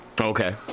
Okay